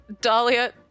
dahlia